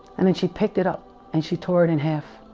and then she picked it up and she tore it in half